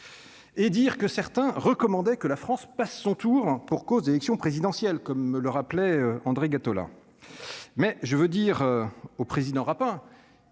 et dire que certains recommandé que la France passe son tour pour cause d'élections présidentielles, comme le rappelait André Gattolin, mais je veux dire au président, hein,